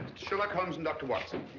sherlock holmes and dr. watson